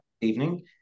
evening